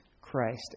Christ